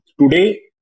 Today